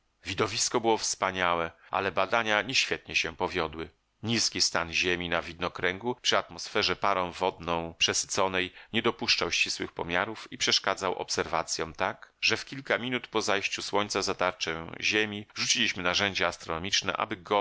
widowisko było wspaniałe ale badania nie świetnie się powiodły nizki stan ziemi na widnokręgu przy atmosferze parą wodną przesyconej nie dopuszczał ścisłych pomiarów i przeszkadzał obserwacjom tak że w kilka minut po zajściu słońca za tarczę ziemi rzuciliśmy narzędzia astronomiczne aby gołem